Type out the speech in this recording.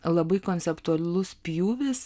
labai konceptualus pjūvis